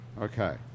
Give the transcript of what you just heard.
Okay